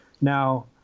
Now